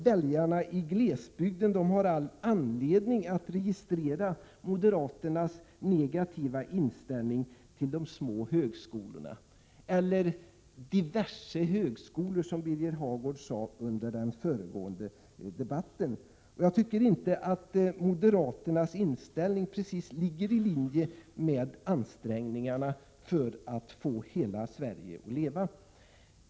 Väljarna i glesbygden har all anledning att registrera moderaternas negativa inställning till de små högskolorna, eller diverse högskolor, som Birger Hagård kallade dem under den föregående debatten. Moderaternas inställning ligger inte precis i linje med ansträngningarna att få hela Sverige att leva.